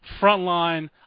frontline